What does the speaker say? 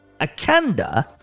Acanda